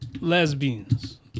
lesbians